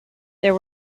there